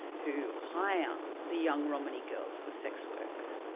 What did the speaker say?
who hire the young romany girls for sex work?